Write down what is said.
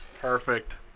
Perfect